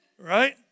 Right